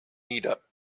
nieder